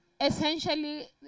essentially